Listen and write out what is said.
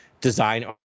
design